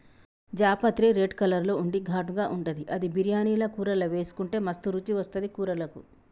జాపత్రి red colour లో ఉండి ఘాటుగా ఉంటది అది బిర్యానీల కూరల్లా వేసుకుంటే మస్తు రుచి వస్తది కూరలకు